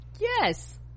Yes